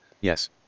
Yes